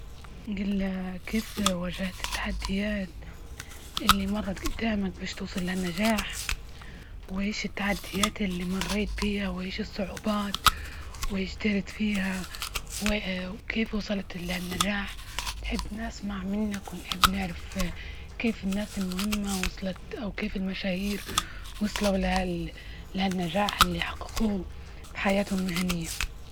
جله كيف وجهت التحديات اللي مرت جدامك، بش توصل للنجاح؟ وأيش التحديات إللي مريت بيها؟ وأيش الصعوبات؟ ويشطرط فيها وي، وكيف وصلت للنجاح؟ نحب نسمع منك ونحب نعرف كيف الناس المهمة وصلت؟ أو كيف المشاهيروصلو لهالنجاح ال حققوه فى حياتهم المهنية.